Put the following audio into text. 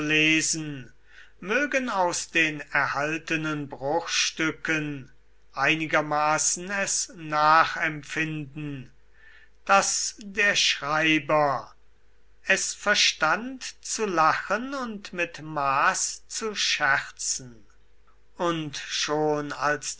lesen mögen aus den erhaltenen bruchstücken einigermaßen es nachempfinden daß der schreiber es verstand zu lachen und mit maß zu scherzen und schon als